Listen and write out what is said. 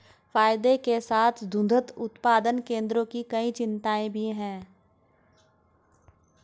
फायदे के साथ साथ दुग्ध उत्पादन केंद्रों की कई चिंताएं भी हैं